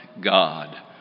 God